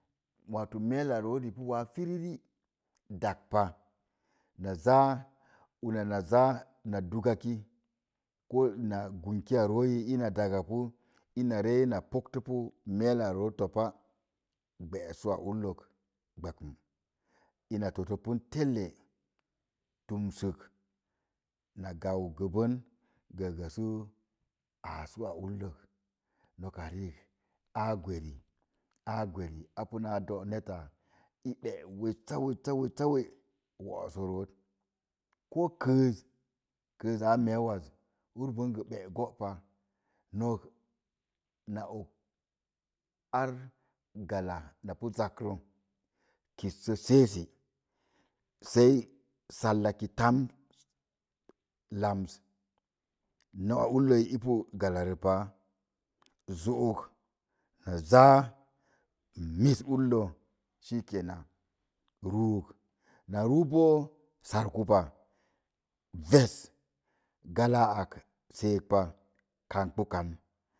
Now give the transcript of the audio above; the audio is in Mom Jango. Wato mecla zoo li pa wa firiri dák pa na zaa nuna naa za na dúga ki ko na gunki zoó yi ina dagga pu ina poosto mella zoo topa gbass sú a ullek. bəkum ina totopun tele tumsək na gau gəbən gə gə su áá sú a ullek noka rək aa gweri a punaa doo net gbá wessa wessa wet kəəz a meu ag ur bən gbə góó pa nok na og ar galla na pu zakrə kəsse sesə sei salla ki tan lams nó a ullei i pu galla rə pa zook na záa missə ulle sə kenan na zuu boo sarku pa vas galla a ak séék pa kambə kən.